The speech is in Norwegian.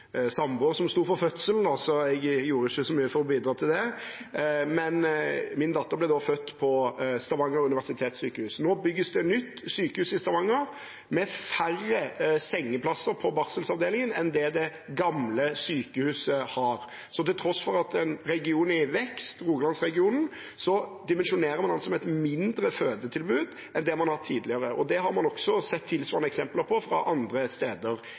som sto for fødselen, jeg gjorde ikke så mye for å bidra til det. Min datter ble født på Stavanger universitetssykehus. Nå bygges det nytt sykehus i Stavanger, med færre sengeplasser på barselavdelingen enn det det gamle sykehuset har. Til tross for at Rogalands-regionen er en region i vekst, dimensjonerer man med et mindre fødetilbud enn det man har hatt tidligere. Det har man også sett tilsvarende eksempler på fra andre steder